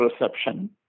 reception